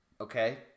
okay